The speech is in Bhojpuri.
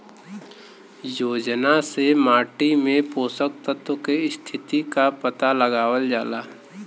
योजना से माटी में पोषक तत्व के स्थिति क पता लगावल जाला